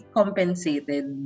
compensated